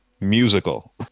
musical